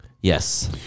Yes